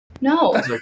No